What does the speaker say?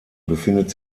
befindet